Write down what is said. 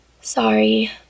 Sorry